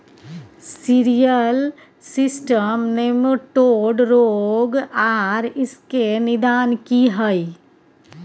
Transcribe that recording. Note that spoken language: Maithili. सिरियल सिस्टम निमेटोड रोग आर इसके निदान की हय?